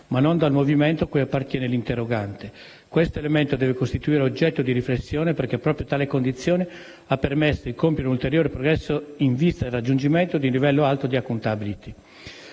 ma non dal movimento a cui appartiene l'interrogante. Questo elemento deve costituire oggetto di riflessione, perché proprio tale condizione ha permesso di compiere un ulteriore progresso in vista del raggiungimento di un livello alto di *accountability*.